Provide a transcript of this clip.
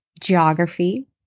geography